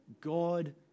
God